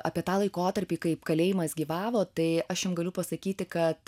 apie tą laikotarpį kaip kalėjimas gyvavo tai aš jum galiu pasakyti kad